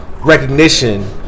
recognition